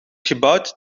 gebouwd